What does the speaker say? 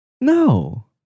no